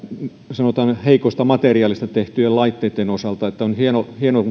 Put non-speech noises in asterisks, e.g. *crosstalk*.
sanotaan heikosta materiaalista tehtyjen laitteitten osalta on hienoa *unintelligible*